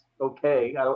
okay